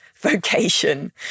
vocation